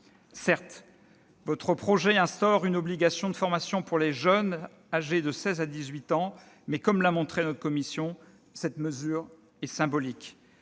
Certes, votre projet instaure une obligation de formation pour les jeunes âgés de 16 à 18 ans, mais, comme l'a montré notre commission, cette mesure est symbolique.